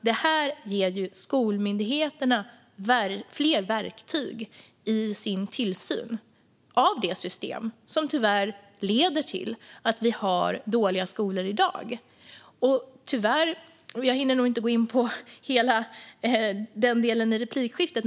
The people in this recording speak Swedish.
Detta ger skolmyndigheterna fler verktyg i deras tillsyn av det system som tyvärr leder till att vi har dåliga skolor i dag. Jag hinner inte gå in på hela denna del i replikskiftet.